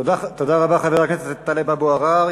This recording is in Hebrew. תודה רבה, חבר הכנסת טלב אבו עראר.